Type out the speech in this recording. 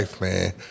man